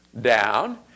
down